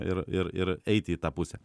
ir ir ir eiti į tą pusę